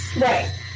Right